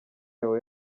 yawe